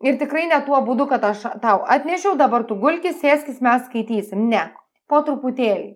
ir tikrai ne tuo būdu kad aš tau atnešiau dabar tu gulkis sėskis mes skaitysim ne po truputėlį